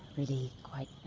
really quite